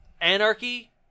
Anarchy